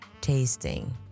Tasting